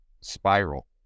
spiral